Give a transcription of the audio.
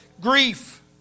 grief